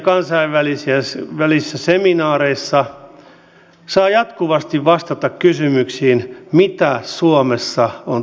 erilaisissa kansainvälisissä seminaareissa saa jatkuvasti vastata kysymyksiin mitä suomessa on tekeillä